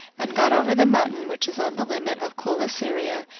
and got over the mountain which is on the limit of celesyria,